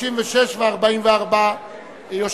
36 ו-44 לתקנון הכנסת.